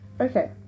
okay